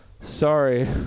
sorry